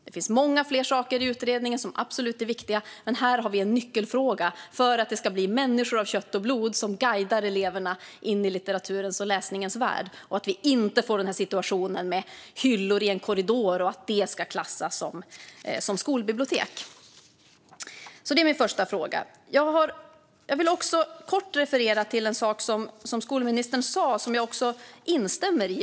Det finns många fler saker i utredningen som absolut är viktiga, men här har vi en nyckelfråga för att det ska bli människor av kött och blod som guidar eleverna in i litteraturens och läsningens värld så att vi inte får den här situationen med hyllor i en korridor och att det ska klassas som skolbibliotek. Det är min första fråga. Jag vill också kort referera till en sak som skolministern sa och som jag instämmer i.